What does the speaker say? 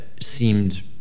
seemed